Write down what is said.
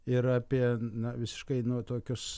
ir apie na visiškai nu tokius